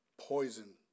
poison